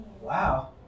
Wow